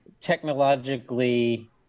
technologically